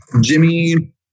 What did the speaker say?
Jimmy